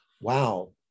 wow